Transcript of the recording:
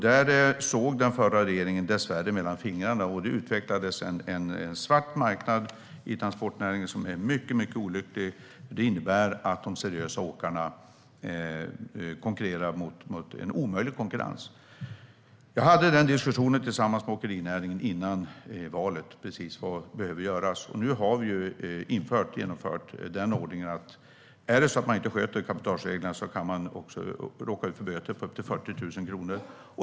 Där såg den förra regeringen dessvärre mellan fingrarna, och det utvecklades en svart marknad inom transportnäringen som är mycket olycklig. Det innebär att de seriösa åkarna upplever en omöjlig konkurrens. Jag hade diskussionen tillsammans med åkerinäringen före valet om precis vad som behöver göras. Nu har vi infört den ordningen att den som inte sköter cabotagereglerna kan råka ut för böter på upp till 40 000 kronor.